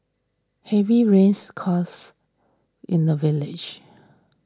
heavy rains caused in the village